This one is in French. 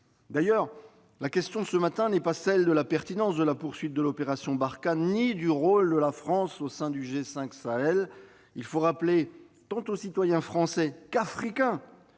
D'ailleurs, la question posée ce matin n'est pas celle de la pertinence de la poursuite de l'opération Barkhane ni celle du rôle de la France au sein du G5 Sahel. Il faut rappeler, tant aux citoyens français qu'africains,